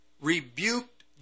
rebuked